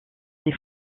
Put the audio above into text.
des